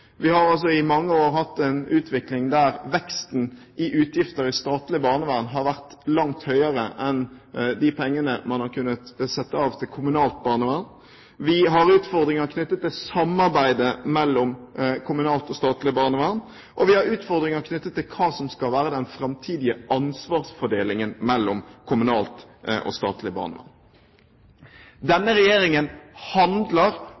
Vi har i mange år hatt en utvikling der veksten i utgifter i statlig barnevern har vært langt høyere enn de pengene man har kunnet sette av til kommunalt barnevern. Vi har utfordringer knyttet til samarbeidet mellom kommunalt og statlig barnevern, og vi har utfordringer knyttet til hva som skal være den framtidige ansvarsfordelingen mellom kommunalt og statlig barnevern. Denne regjeringen handler